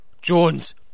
jones